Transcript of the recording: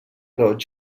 roig